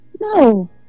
No